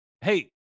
Hey